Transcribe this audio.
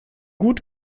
gut